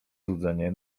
złudzenie